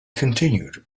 continued